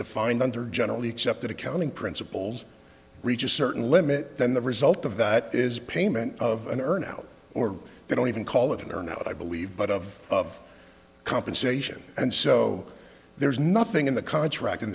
defined under generally accepted accounting principles reach a certain limit then the result of that is payment of an urn out or they don't even call it in or not i believe but of of compensation and so there's nothing in the contract in